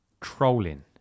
trolling